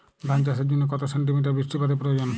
ধান চাষের জন্য কত সেন্টিমিটার বৃষ্টিপাতের প্রয়োজন?